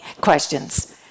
questions